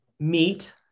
meet